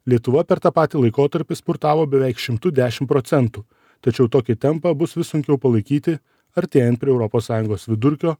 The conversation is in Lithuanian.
lietuva per tą patį laikotarpį spurtavo beveik šimtu dešim procentų tačiau tokį tempą bus vis sunkiau palaikyti artėjant prie europos sąjungos vidurkio